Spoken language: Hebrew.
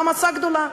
זו מעמסה גדולה.